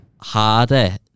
harder